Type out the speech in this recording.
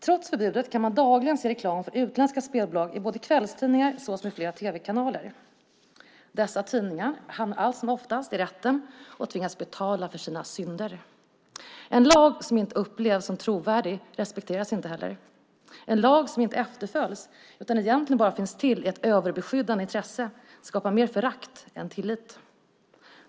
Trots förbudet kan man dagligen se reklam för utländska spelbolag både i kvällstidningar och i flera tv-kanaler. Dessa tidningar hamnar allt som oftast i rätten och tvingas betala för sina synder. En lag som inte upplevs som trovärdig respekteras inte heller. En lag som inte efterföljs utan egentligen bara finns till i ett överbeskyddande intresse skapar mer förakt än tillit.